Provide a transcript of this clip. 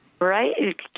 Right